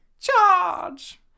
Charge